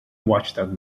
watchdog